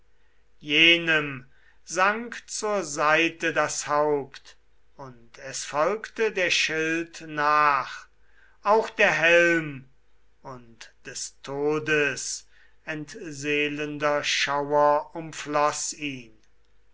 jenem sank zur seite das haupt es folgte der schild nach auch der helm und des todes entseelender schauer umfloß ihn